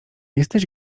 jesteś